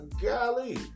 golly